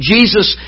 Jesus